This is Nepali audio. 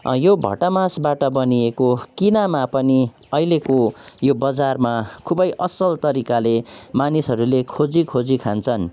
यो भटमासबाट बनिएको किनेमा पनि अहिलेको यो बजारमा खुबै असल तरिकाले मानिसहरूले खोजी खोजी खान्छन्